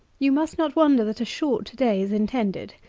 you must not wonder that a short day is intended.